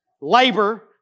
labor